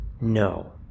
no